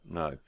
no